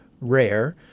rare